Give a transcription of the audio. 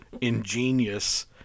ingenious